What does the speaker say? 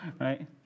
right